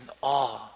awe